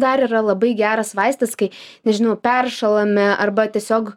dar yra labai geras vaistas kai nežinau peršąlame arba tiesiog